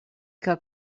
que